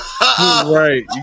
Right